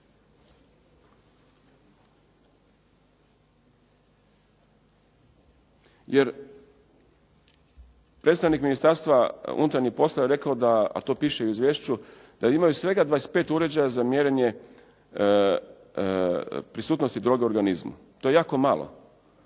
Jer, predstavnik Ministarstva unutarnjih poslova je rekao da a to piše i u izvješću da imaju svega 25% uređaja za mjerenje prisutnosti droge u organizmu. To je jako malo.